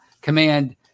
command